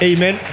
Amen